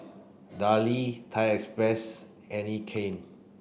Darlie Thai Express Anne Klein